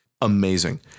Amazing